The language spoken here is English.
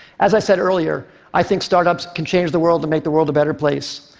as i said earlier, i think startups can change the world and make the world a better place.